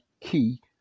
key